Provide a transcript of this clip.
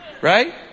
Right